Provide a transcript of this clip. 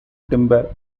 timber